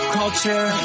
culture